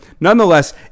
nonetheless